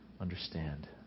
understand